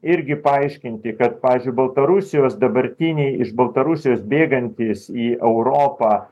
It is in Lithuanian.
irgi paaiškinti kad pavyzdžiui baltarusijos dabartiniai iš baltarusijos bėgantys į europą